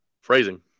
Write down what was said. phrasing